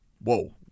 Whoa